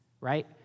right